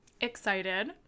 excited